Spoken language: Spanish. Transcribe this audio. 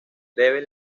deben